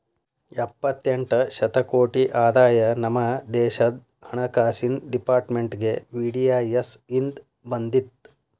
ಎಪ್ಪತ್ತೆಂಟ ಶತಕೋಟಿ ಆದಾಯ ನಮ ದೇಶದ್ ಹಣಕಾಸಿನ್ ಡೆಪಾರ್ಟ್ಮೆಂಟ್ಗೆ ವಿ.ಡಿ.ಐ.ಎಸ್ ಇಂದ್ ಬಂದಿತ್